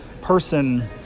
person